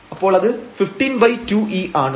അപ്പോൾ അത് 152e ആണ്